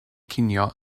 cinio